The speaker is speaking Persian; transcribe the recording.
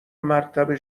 مرتبه